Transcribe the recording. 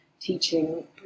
teaching